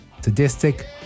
sadistic